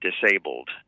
disabled